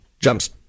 Jumps